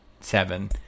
seven